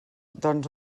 doncs